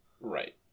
right